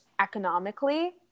economically